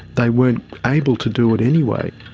they weren't able to do it anyway.